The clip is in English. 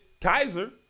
Kaiser